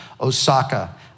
Osaka